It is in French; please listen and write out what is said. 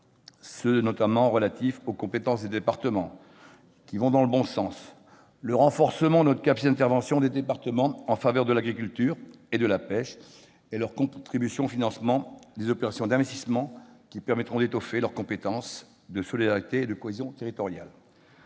ceux qui sont relatifs aux compétences des départements. Ils vont dans le bon sens ; le renforcement de la capacité d'intervention des départements en faveur de l'agriculture et de la pêche et leur contribution au financement des opérations d'investissement permettront d'étoffer leur compétence de solidarité et de cohésion territoriale.